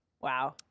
Wow